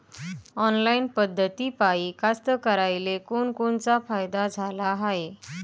Online पद्धतीपायी कास्तकाराइले कोनकोनचा फायदा झाला हाये?